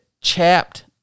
chapped